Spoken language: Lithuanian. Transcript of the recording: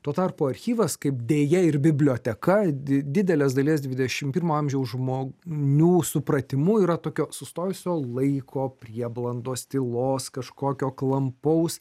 tuo tarpu archyvas kaip deja ir biblioteka didelės dalies dvidešim pirmo amžiaus žmonių supratimu yra tokio sustojusio laiko prieblandos tylos kažkokio klampaus